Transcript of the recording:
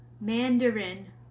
Mandarin